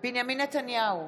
בנימין נתניהו,